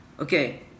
okay